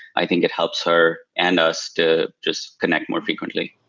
i think it helps her and us to just connect more frequently.